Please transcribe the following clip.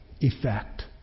effect